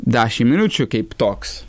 dešimt minučių kaip toks